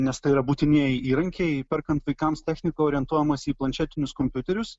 nes tai yra būtinieji įrankiai perkant vaikams techniką orientuojamasi į planšetinius kompiuterius